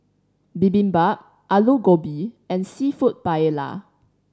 Bibimbap Alu Gobi and Seafood Paella